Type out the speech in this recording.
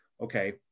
okay